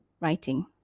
writing